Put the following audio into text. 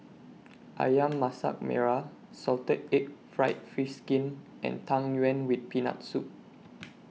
Ayam Masak Merah Salted Egg Fried Fish Skin and Tang Yuen with Peanut Soup